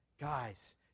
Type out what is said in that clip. guys